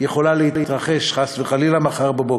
יכולה להתרחש חס וחלילה מחר בבוקר,